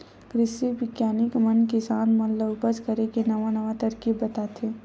कृषि बिग्यानिक मन किसान मन ल उपज करे के नवा नवा तरकीब बताथे